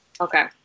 Okay